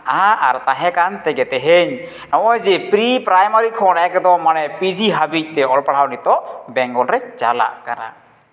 ᱟ ᱟᱨ ᱛᱟᱦᱮᱸ ᱠᱟᱱ ᱛᱮᱜᱮ ᱛᱮᱦᱤᱧ ᱱᱚᱜᱼᱚᱭ ᱡᱮ ᱯᱨᱤ ᱯᱨᱟᱭᱢᱟᱨᱤ ᱠᱷᱚᱱ ᱮᱠᱫᱚᱢ ᱢᱟᱱᱮ ᱯᱤᱡᱤ ᱦᱟᱹᱵᱤᱡ ᱜᱮ ᱚᱞ ᱯᱟᱲᱦᱟᱣ ᱱᱤᱛᱚᱜ ᱵᱮᱝᱜᱚᱞ ᱨᱮ ᱪᱟᱞᱟᱜ ᱠᱟᱱᱟ